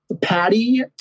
Patty